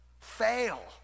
Fail